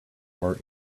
part